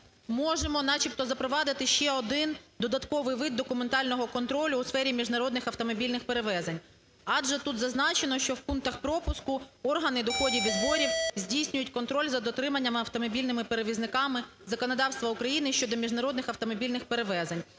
можемо, начебто, запровадити ще один додатковий вид документального контролю у сфері міжнародних автомобільних перевезень. Адже тут зазначено, що в пунктах пропуску органи доходів і зборів здійснюють контроль за дотриманням автомобільними перевізниками законодавства України щодо міжнародних автомобільних перевезень,